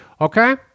Okay